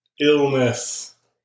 Illness